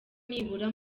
nibura